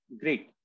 great